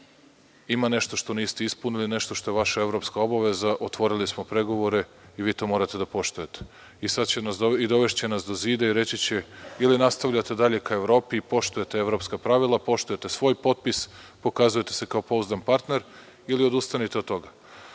ima nešto što niste ispunili, što je vaša evropska obaveza, otvorili smo pregovore i vi to morate da poštujete. Dovešće nas do zida i reći će nam – ili nastavljate dalje ka Evropi i poštujete evropska pravila, poštujete svoj potpis, pokazujete se kao pouzdan partner, ili odustanite od toga. Sa